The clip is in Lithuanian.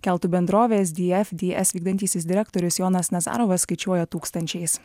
keltų bendrovės dfds vykdantysis direktorius jonas nazarovas skaičiuoja tūkstančiais